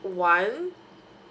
one